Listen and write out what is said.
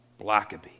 Blackaby